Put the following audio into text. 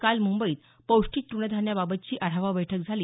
काल मुंबईत पौष्टिक तृण धान्याबाबतची आढावा बैठक झाली